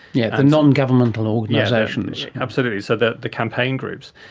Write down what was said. yes, the non-governmental organisations. absolutely, so the the campaign groups,